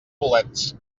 bolets